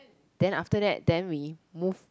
then after that then we move